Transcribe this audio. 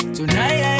Tonight